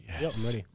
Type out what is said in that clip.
Yes